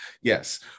Yes